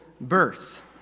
birth